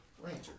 Ranger